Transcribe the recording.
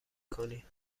کنی